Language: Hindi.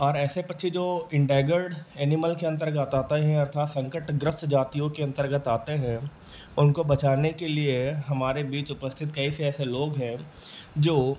और ऐसे पक्षी जो इंडेगर्ड एनिमल के अंतर्गत आती हैं अर्था संकटग्रस्त जातियों के अंतर्गत आते हैं और उनको बचाने के लिए हमारे बीच उपस्थित कई से ऐसे लोग हैं जो